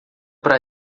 para